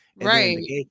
right